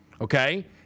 okay